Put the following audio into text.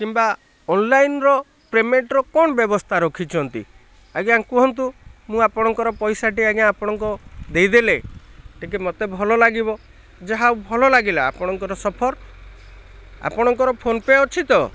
କିମ୍ବା ଅନଲାଇନ୍ର ପେମେଣ୍ଟର କ'ଣ ବ୍ୟବସ୍ଥା ରଖିଛନ୍ତି ଆଜ୍ଞା କୁହନ୍ତୁ ମୁଁ ଆପଣଙ୍କର ପଇସାଟି ଆଜ୍ଞା ଆପଣଙ୍କୁ ଦେଇଦେଲେ ଟିକେ ମତେ ଭଲ ଲାଗିବ ଯାହା ହେଉ ଭଲଲାଗିଲା ଆପଣଙ୍କର ସଫର ଆପଣଙ୍କର ଫୋନ୍ ପେ ଅଛି ତ